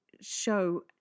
show